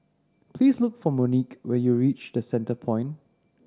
please look for Monique when you reach The Centrepoint